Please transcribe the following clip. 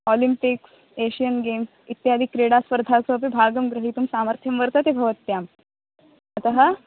Olympics Asian games इत्यादिक्रडासु भागं ग्रहीतुं सामर्थ्यं वर्तते भवत्याः अतः